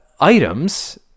items